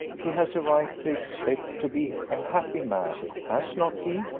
he has a right to expect to be a happy man, has not he?